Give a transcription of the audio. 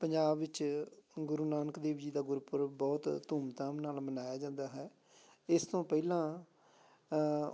ਪੰਜਾਬ ਵਿੱਚ ਗੁਰੂ ਨਾਨਕ ਦੇਵ ਜੀ ਦਾ ਗੁਰਪੁਰਬ ਬਹੁਤ ਧੂਮਧਾਮ ਨਾਲ ਮਨਾਇਆ ਜਾਂਦਾ ਹੈ ਇਸ ਤੋਂ ਪਹਿਲਾਂ